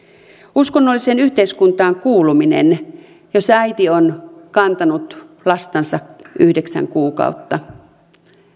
uskonnolliseen yhteiskuntaan kuuluminen jos äiti on kantanut lastansa yhdeksän kuukautta